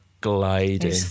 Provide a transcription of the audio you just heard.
gliding